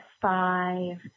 five